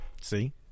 see